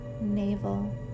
navel